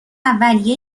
اولیه